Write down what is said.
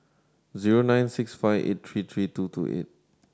zero nine six five eight three three two two eight